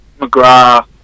McGrath